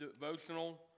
devotional